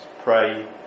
Pray